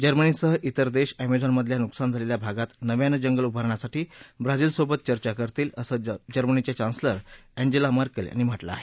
जर्मनीसह इतर देश अर्प्रिॉनमधल्या नुकसान झालेल्या भागात नव्यानं जंगल उभारण्यासाठी ब्राझीलसोबत चर्चा करतील असं जर्मनीच्या चान्सलर अस्त्रिला मार्कल यांनी म्हटलं आहे